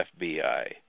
FBI